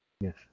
Yes